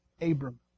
Abram